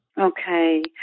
Okay